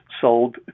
sold